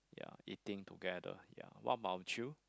ya eating together ya what about you